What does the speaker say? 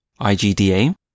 IGDA